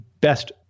best